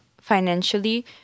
financially